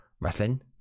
Wrestling